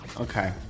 Okay